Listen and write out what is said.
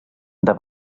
del